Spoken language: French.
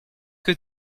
que